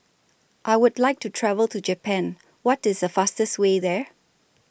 I Would like to travel to Japan What IS The fastest Way There